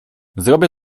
zrobię